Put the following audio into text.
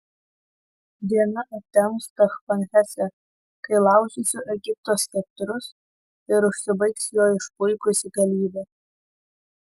diena aptems tachpanhese kai laužysiu egipto skeptrus ir užsibaigs jo išpuikusi galybė